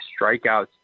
strikeouts